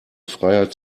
freiheit